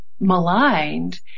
Maligned